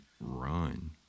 run